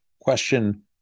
question